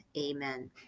Amen